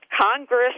Congress